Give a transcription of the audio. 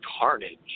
Carnage